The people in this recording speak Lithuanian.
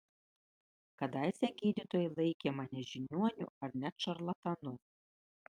kadaise gydytojai laikė mane žiniuoniu ar net šarlatanu